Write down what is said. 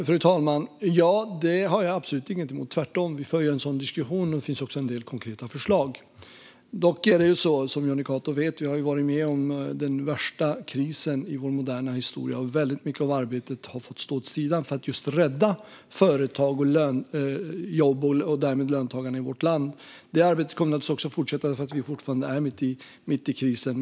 Fru talman! Det har jag absolut ingenting emot - tvärtom. Vi för en sådan diskussion, och det finns också en del konkreta förslag. Dock har vi, som Jonny Cato vet, varit med om den värsta krisen i vår moderna historia, och väldigt mycket av arbetet har fått stå åt sidan för att just rädda företag och jobb och därmed löntagarna i vårt land. Detta arbete kommer naturligtvis också att fortsätta eftersom vi fortfarande är mitt i krisen.